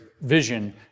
vision